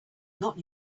not